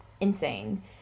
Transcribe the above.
insane